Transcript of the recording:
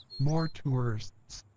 more tourists.